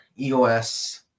EOS